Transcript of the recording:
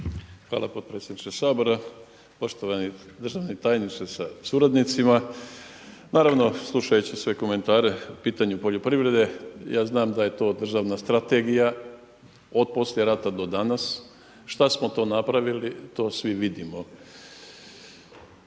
Hvala potpredsjedniče Sabora, poštovani državni tajniče sa suradnicima. Naravno slušajući sve komentare u pitanju poljoprivrede, ja znam da je to državna strategija od poslije rata do danas, šta smo to napravili, to svi vidimo.